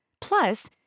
Plus